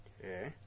Okay